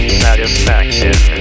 satisfaction